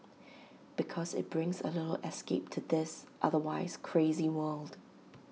because IT brings A little escape to this otherwise crazy world